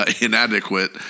inadequate